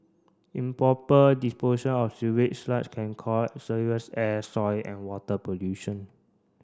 improper disposal of sewage sludge can call serious air soil and water pollution